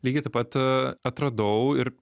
lygiai taip pat atradau ir